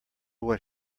what